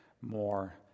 more